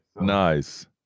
Nice